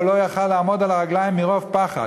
הוא לא יכול היה לעמוד על הרגליים מרוב פחד,